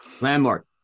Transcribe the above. Landmark